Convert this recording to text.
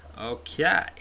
Okay